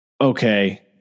okay